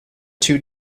two